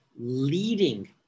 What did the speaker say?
leading